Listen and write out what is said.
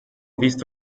visto